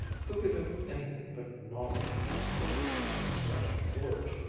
who could have anything but nausea for poetry after such a gorge?